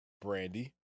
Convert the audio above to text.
Brandy